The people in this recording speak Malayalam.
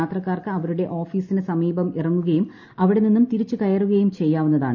യാത്രക്കാർക്ക് അവരുടെ ഓഫീസിന് സമീപം ഇറങ്ങുകയും അവിടെ നിന്നും തിരിച്ചു കയറുകയും ചെയ്യാവുന്നതാണ്